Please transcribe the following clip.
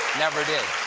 never did.